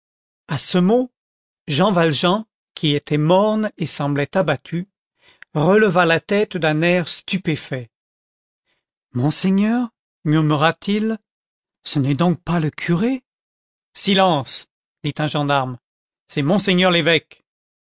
à ce mot jean valjean qui était morne et semblait abattu releva la tête d'un air stupéfait monseigneur murmura-t-il ce n'est donc pas le curé silence dit un gendarme c'est monseigneur l'évêque